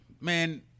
man